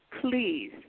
please